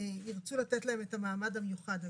ירצו לתת להם את המעמד המיוחד הזה.